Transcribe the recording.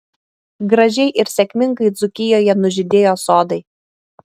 gražiai ir sėkmingai dzūkijoje nužydėjo sodai